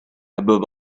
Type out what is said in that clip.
hebben